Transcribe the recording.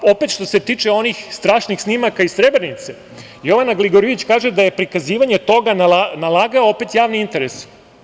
Opet, što se tiče onih strašnih snimaka iz Srebrenice, Jovana Gligorijević kaže da je prikazivanje toga nalagao opet javni interes.